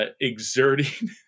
exerting